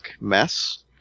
mess